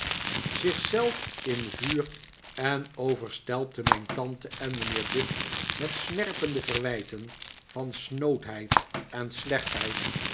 zelf in vuur en overstelpte mijn tante en mijnheer dick met snerpende verwijten van snoodheid en slechtheid